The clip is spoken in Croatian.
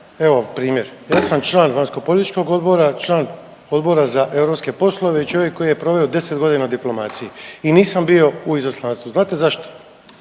evo primjer, ja sam član Vanjskopolitičkog odbora, član Odbora za europske poslove i čovjek koji je proveo 10.g. u diplomaciji i nisam bio u izaslanstvu, znate zašto?